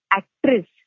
actress